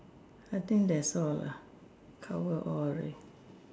I think that's all lah cover all already